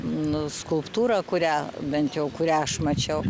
nu skulptūrą kurią bent jau kurią aš mačiau